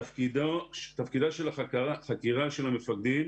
תפקידה של חקירת המפקדים